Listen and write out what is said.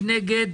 מי נגד?